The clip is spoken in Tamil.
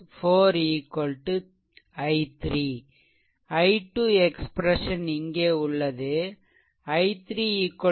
i 2 எக்ஸ்ப்ரெசன் இங்கே உள்ளது i3 v2 0